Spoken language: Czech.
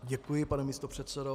Děkuji, pane místopředsedo.